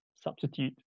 substitute